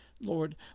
Lord